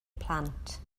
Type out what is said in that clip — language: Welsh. plant